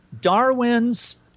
Darwin's